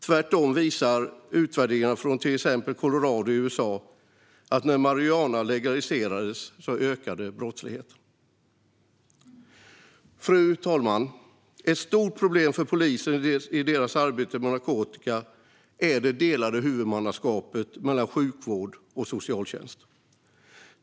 Tvärtom visar utvärderingar från till exempel Colorado i USA att när marijuana legaliserades ökade brottsligheten. Fru talman! Ett stort problem i polisens arbete med narkotika är det delade huvudmannaskapet mellan sjukvård och socialtjänst.